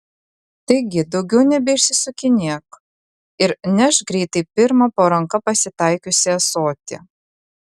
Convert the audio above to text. taigi daugiau nebeišsisukinėk ir nešk greitai pirmą po ranka pasitaikiusį ąsotį